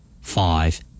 Five